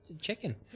chicken